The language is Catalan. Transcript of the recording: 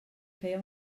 feia